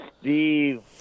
Steve